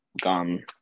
gone